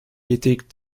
était